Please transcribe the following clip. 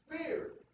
spirit